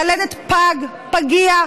ללדת פג פגיע,